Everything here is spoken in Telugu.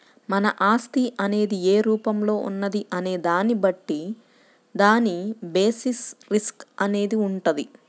మన ఆస్తి అనేది ఏ రూపంలో ఉన్నది అనే దాన్ని బట్టి దాని బేసిస్ రిస్క్ అనేది వుంటది